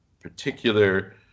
particular